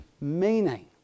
meaning